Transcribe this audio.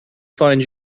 find